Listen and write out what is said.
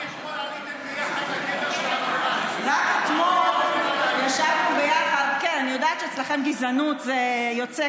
אני חושבת שהעצות, לקבל עצות, כן, זה יפה.